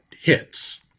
hits